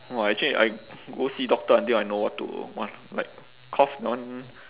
!wah! actually I go see doctor until I know what to want like cough non